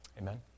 Amen